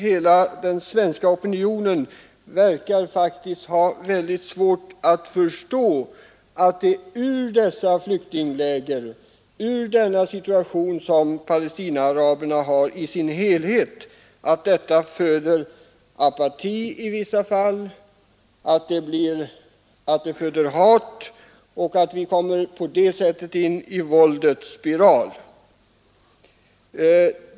Hela den svenska opinionen verkar faktiskt att ha väldigt svårt att förstå att flyktinglägren och tillvaron över huvud taget för Palestinaaraberna föder apati i vissa fall men också hat och att vi på det sättet kommer in i våldets spiral.